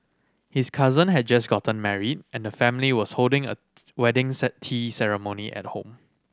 his cousin had just gotten married and the family was holding a wedding tea ceremony at home